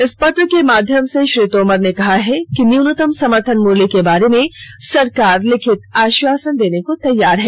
इस पत्र के माध्यम से श्री तोमर ने कहा है कि न्यूनतम समर्थन मूल्य के बारे में सरकार लिखित आष्वासन देने को तैयार है